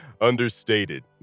Understated